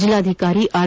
ಜಿಲ್ಲಾಧಿಕಾರಿ ಆರ್